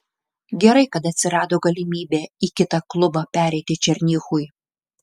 gerai kad atsirado galimybė į kitą klubą pereiti černychui